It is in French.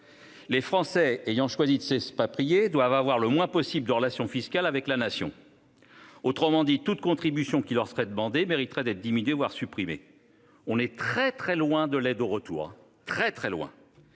les Français ayant choisi de s'expatrier doivent avoir le moins possible de relations fiscales avec la Nation. Autrement dit, toute contribution qui leur serait demandée mériterait d'être diminuée, voire supprimée. On est très loin de l'aide au retour ...